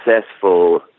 successful